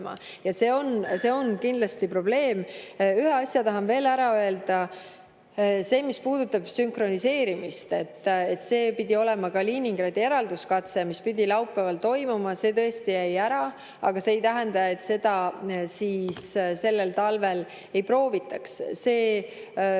ja see on kindlasti probleem. Ühe asja tahan veel ära öelda. See, mis puudutab sünkroniseerimist, et see pidi olema Kaliningradi eralduskatse, mis pidi laupäeval toimuma. See tõesti jäi ära, aga see ei tähenda, et seda sellel talvel ei proovitaks. Me oleme